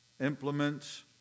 implements